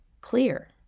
clear